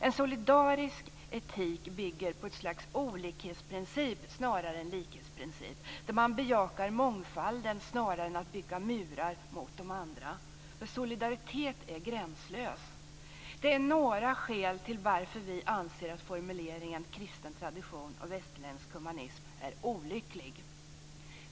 En solidarisk etik bygger på ett slags olikhetsprincip snarare än likhetsprincip där man bejakar mångfalden snarare än att bygga murar mot de andra. Solidaritet är gränslös. Det är några skäl till att vi anser att formuleringen kristen tradition och västerländsk humanism är olycklig.